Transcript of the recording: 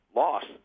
loss